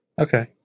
Okay